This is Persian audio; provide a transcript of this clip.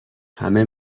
همه